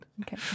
Okay